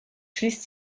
schließt